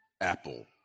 Apple